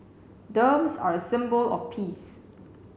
doves are a symbol of peace